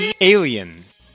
Aliens